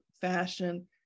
fashion